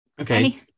okay